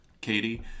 Katie